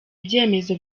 ibyemezo